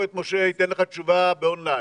הוא ייתן לך תשובה באון ליין.